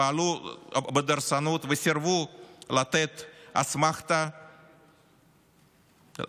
פעלו בדורסנות וסירבו לתת אסמכתה לנו,